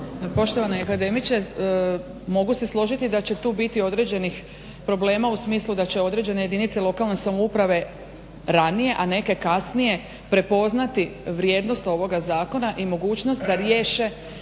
Poštovani akademiče, mogu se složiti da će tu biti određenih problema u smislu da će određene jedinice lokalne samouprave ranije a neke kasnije prepoznati vrijednost ovoga zakona i mogućnost da riješe